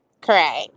Correct